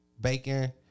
Bacon